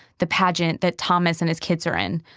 the pageant that thomas and his kids are in.